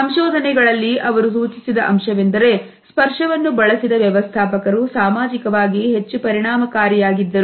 ಸಂಶೋಧನೆಗಳಲ್ಲಿ ಅವರು ಸೂಚಿಸಿದ ಅಂಶವೆಂದರೆ ಸ್ಪರ್ಶವನ್ನು ಬಳಸಿದ ವ್ಯವಸ್ಥಾಪಕರು ಸಾಮಾಜಿಕವಾಗಿ ಹೆಚ್ಚು ಪರಿಣಾಮಕಾರಿಯಾಗಿ ದ್ದರು